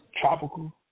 Tropical